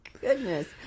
goodness